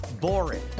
boring